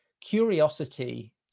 curiosity